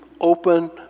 open